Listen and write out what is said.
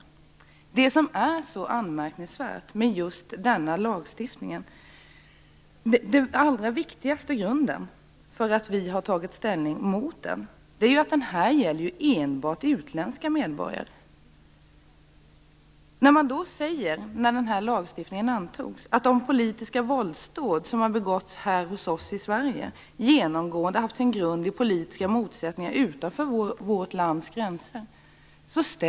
Det är detta som är så anmärkningsvärt med denna lagstiftning. Det viktigaste skälet till att vi har tagit ställning emot den är ju att lagstiftningen enbart gäller utländska medborgare. När lagstiftningen antogs sade man att de politiska våldsdåd som har begåtts här i Sverige genomgående haft sin grund i politiska motsättningar utanför vårt lands gränser.